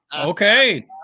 Okay